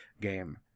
game